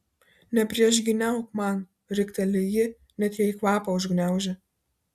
nepriešgyniauk man rikteli ji net jai kvapą užgniaužia